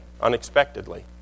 unexpectedly